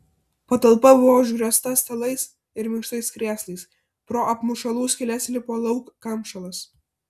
patalpa buvo užgriozta stalais ir minkštais krėslais pro apmušalų skyles lipo lauk kamšalas